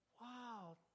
wow